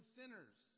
sinners